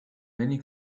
many